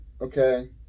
okay